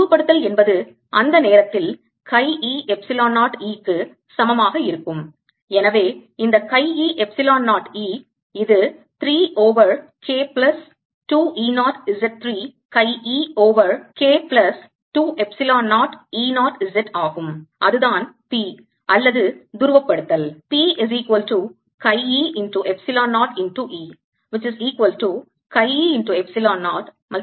துருவப்படுத்தல் என்பது அந்த நேரத்தில் chi e எப்சிலோன் 0 E க்கு சமமாக இருக்கும் எனவே இந்த chi e எப்சிலோன் 0 e இது 3 over K plus 2 E 0 z 3 chi e over K plus 2 epsilon 0 E 0 z ஆகும் அதுதான் p அல்லது துருவப்படுத்தல்